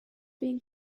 being